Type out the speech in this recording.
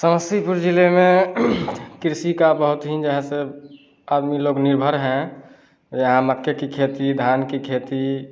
समस्तीपुर जिले में कृषि का बहुत ही जो है सो आदमी लोग निर्भर हैं यहाँ मक्के की खेती धान की खेती